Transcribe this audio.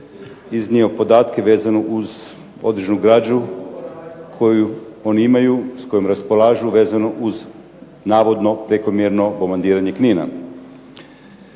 iznio podatke vezano uz određenu građu koju oni imaju, s kojom raspolažu vezano uz navodno prekomjerno bombardiranje Knina.